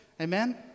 Amen